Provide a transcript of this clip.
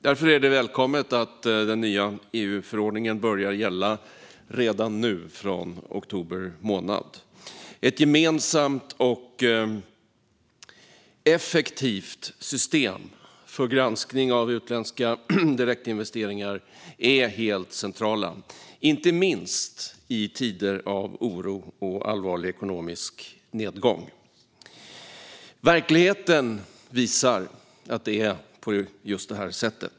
Därför är det välkommet att den nya EU-förordningen börjar gälla redan från oktober månad. Ett gemensamt och effektivt system för granskning av utländska direktinvesteringar är helt centralt, inte minst i tider av oro och allvarlig ekonomisk nedgång. Verkligheten visar att det är på just detta sätt.